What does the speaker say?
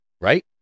Right